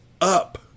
up